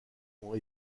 ont